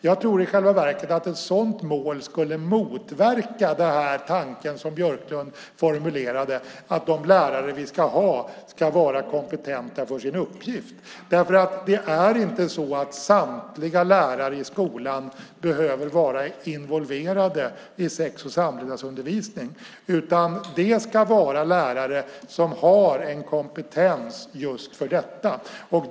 Jag tror i själva verket att ett sådant mål skulle motverka tanken som Björklund formulerade att de lärare vi ska ha ska vara kompetenta för sin uppgift. Det är inte så att samtliga lärare i skolan behöver vara involverade i sex och samlevnadsundervisningen. Det ska vara lärare som har kompetens för just detta.